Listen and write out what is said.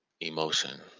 Emotion